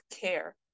care